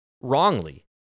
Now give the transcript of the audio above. wrongly